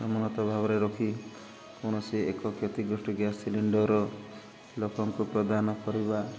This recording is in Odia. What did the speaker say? ସମନତ ଭାବରେ ରଖି କୌଣସି ଏକ କ୍ଷତିଗ୍ରସ୍ତ ଗ୍ୟାସ୍ ସିଲିଣ୍ଡର୍ ଲୋକଙ୍କୁ ପ୍ରଦାନ କରିବା